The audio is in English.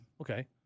Okay